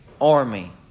army